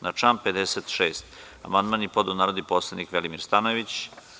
Na član 56. amandman je podneo narodni poslanik Velimir Stanojević.